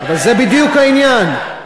זה בדיוק העניין.